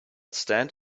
stand